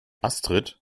astrid